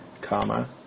comma